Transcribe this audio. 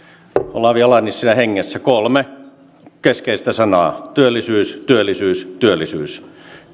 olavi ala nissilän hengessä kolme keskeistä sanaa työllisyys työllisyys työllisyys